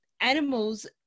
animals